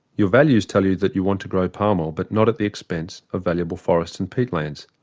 your values tell you that you want to grow palm oil but not at the expense of valuable forests and peatlands.